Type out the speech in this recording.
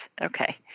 Okay